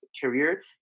career